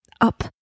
up